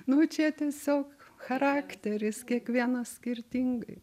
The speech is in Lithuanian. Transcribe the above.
nu čia tiesiog charakteris kiekvienas skirtingai